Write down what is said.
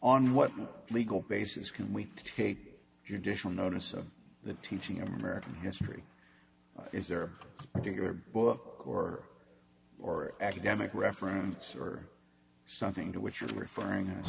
on what legal basis can we take your dish from notice of the teaching of american history is there a particular book or or academic reference or something to which you're referring